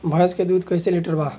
भैंस के दूध कईसे लीटर बा?